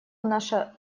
наша